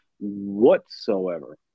Whatsoever